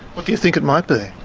what do you think it might be?